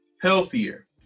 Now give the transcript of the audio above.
healthier